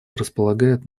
располагает